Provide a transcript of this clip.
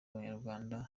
b’abanyarwanda